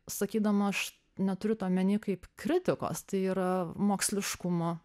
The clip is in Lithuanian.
sakydama aš neturiu to omeny kaip kritikos tai yra moksliškumo